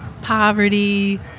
poverty